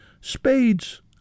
spades